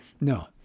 No